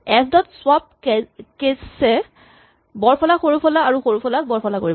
S ডট স্বাপ কেছ এ বৰফলাক সৰুফলা আৰু সৰুফলা ক বৰফলা কৰিব